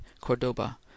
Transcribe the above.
cordoba